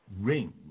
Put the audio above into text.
ring